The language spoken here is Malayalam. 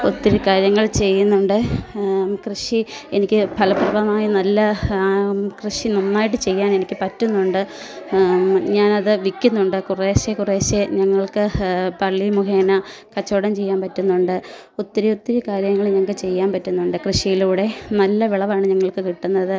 ഒത്തിരി കാര്യങ്ങൾ ചെയ്യുന്നുണ്ട് കൃഷി എനിക്ക് ഫലപ്രദമായ നല്ല കൃഷി നന്നായിട്ട് ചെയ്യാനെനിക്ക് പറ്റുന്നുണ്ട് ഞാനത് വിൽക്കുന്നുണ്ട് കുറേശ്ശെ കുറേശ്ശെ ഞങ്ങൾക്ക് പള്ളി മുഖേന കച്ചവടം ചെയ്യാൻ പറ്റുന്നുണ്ട് ഒത്തിരി ഒത്തിരി കാര്യങ്ങൾ ഞങ്ങൾക്ക് ചെയ്യാൻ പറ്റുന്നുണ്ട് കൃഷിയിലൂടെ നല്ല വിളവാണ് ഞങ്ങൾക്ക് കിട്ടുന്നത്